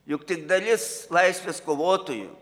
juk tik dalis laisvės kovotojų